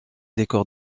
décor